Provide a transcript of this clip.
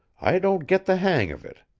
i don't get the hang of it.